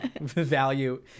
value